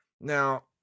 Now